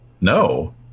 No